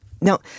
Now